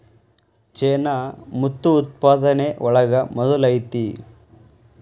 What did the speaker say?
ಚೇನಾ ಮುತ್ತು ಉತ್ಪಾದನೆ ಒಳಗ ಮೊದಲ ಐತಿ